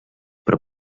però